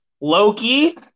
Loki